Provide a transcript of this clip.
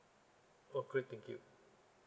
oh great thank you